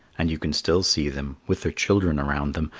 and you can still see them, with their children around them,